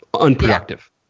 unproductive